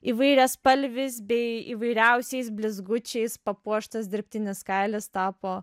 įvairiaspalvis bei įvairiausiais blizgučiais papuoštas dirbtinis kailis tapo